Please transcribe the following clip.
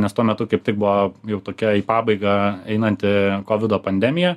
nes tuo metu kaip tik buvo ir tokia į pabaigą einanti kovido pandemija